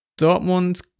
Dortmund